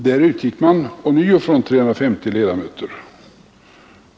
Där utgick man ånyo från 350 ledamöter.